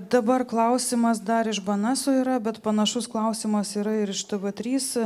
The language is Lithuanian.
dabar klausimas dar iš bnso yra bet panašus klausimas yra ir iš tv trys